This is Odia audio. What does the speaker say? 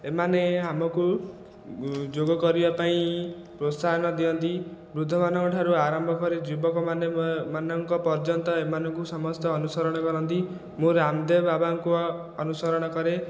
ଏମାନେ ଆମକୁ ଯୋଗ କରିବା ପାଇଁ ପ୍ରୋତ୍ସାହନ ଦିଅନ୍ତି ବୃଦ୍ଧମାନଙ୍କ ଠାରୁ ଆରମ୍ଭ କରି ଯୁବକମାନେ ମାନଙ୍କ ପର୍ଯ୍ୟନ୍ତ ଏମାନଙ୍କୁ ସମସ୍ତେ ଅନୁସରଣ କରନ୍ତି ମୁଁ ରାମଦେବ ବାବାଙ୍କୁ ଅନୁସରଣ କରେ